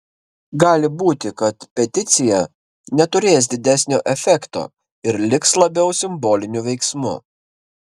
gali būti kad peticija neturės didesnio efekto ir liks labiau simboliniu veiksmu